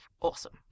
awesome